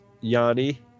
Yanni